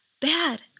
bad